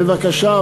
בבקשה,